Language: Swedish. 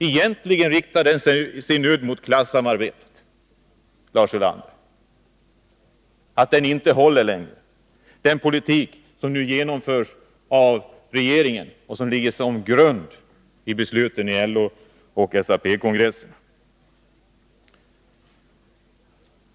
Egentligen riktar den sin udd mot klassamarbetet. Den politik som nu genomförs av regeringen och som har som grund i besluten på LO och SAP-kongresserna håller inte längre.